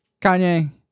Kanye